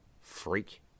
Freak